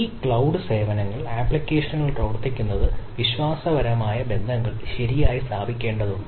ആ ക്ലൌഡ് സേവനങ്ങളിൽ അപ്ലിക്കേഷനുകൾ പ്രവർത്തിപ്പിക്കുന്നത് വിശ്വാസപരമായ ബന്ധങ്ങൾ ശരിയായി സ്ഥാപിക്കേണ്ടതുണ്ട്